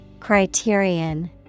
Criterion